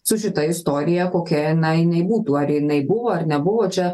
su šita istorija kokia na jinai būtų ar jinai buvo ar nebuvo čia